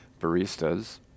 baristas